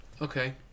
Okay